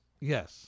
Yes